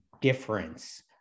difference